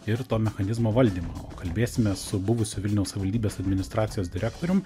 ir to mechanizmo valdymą kalbėsime su buvusio vilniaus savivaldybės administracijos direktoriumi